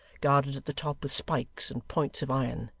guarded at the top with spikes and points of iron.